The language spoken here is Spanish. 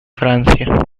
francia